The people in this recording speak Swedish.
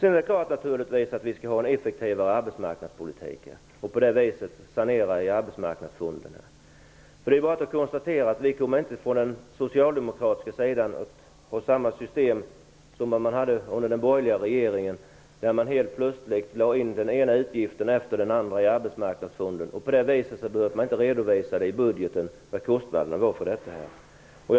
Naturligtvis skall vi ha en effektivare arbetsmarknadspolitik för att på det viset sanera i arbetsmarknadsfonderna. Vi från den socialdemokratiska sidan kommer inte att ha samma system som under den borgerliga regeringen. Där lade man helt plötsligt in den ena utgiften efter den andra i Arbetsmarknadsfonden. På det viset behövde man inte redovisa vad kostnaderna var för detta i budgeten.